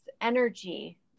energy